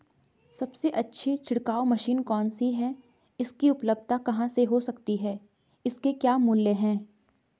सबसे अच्छी छिड़काव मशीन कौन सी है इसकी उपलधता कहाँ हो सकती है इसके क्या मूल्य हैं?